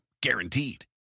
Guaranteed